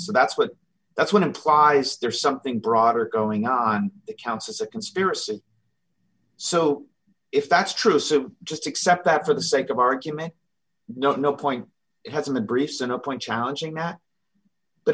so that's what that's what implies there's something broader going on that counts as a conspiracy so if that's true so just accept that for the sake of argument no no point has in the briefs and a point challenging that but